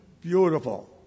Beautiful